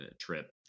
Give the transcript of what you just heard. trip